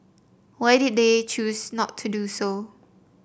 why did they choose not to do so